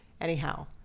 Anyhow